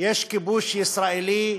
יש כיבוש ישראלי,